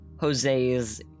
Jose's